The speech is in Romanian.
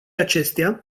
acestea